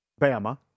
Bama